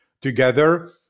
Together